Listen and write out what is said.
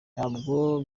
ntabwo